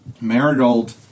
Marigold